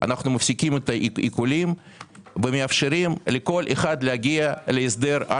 אנחנו מפסיקים את העיקולים ומאפשרים לכל אחד להגיע להסדר.